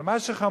אבל מה שחמור